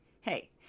hey